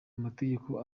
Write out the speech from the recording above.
amategeko